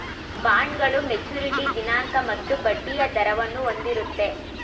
ಬಾಂಡ್ಗಳು ಮೆಚುರಿಟಿ ದಿನಾಂಕ ಮತ್ತು ಬಡ್ಡಿಯ ದರವನ್ನು ಹೊಂದಿರುತ್ತೆ